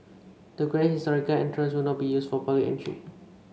the grand historical entrances will not be used for public entry